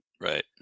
Right